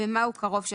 "קרוב",